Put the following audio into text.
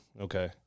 okay